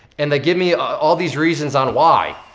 and they give me all these reasons on why.